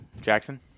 Jackson